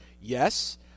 yes